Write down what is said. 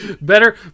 better